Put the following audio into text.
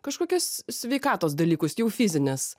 kažkokius sveikatos dalykus jau fizinės